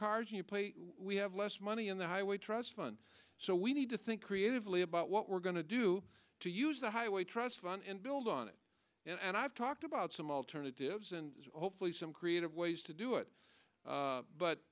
cheaply we have less money in the highway trust fund so we need to think creatively about what we're going to do to use the highway trust fund and build on it and i've talked about some alternatives and hopefully some creative ways to do it